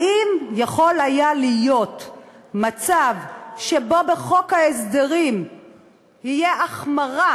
האם יכול היה להיות מצב שבו בחוק ההסדרים תהיה החמרה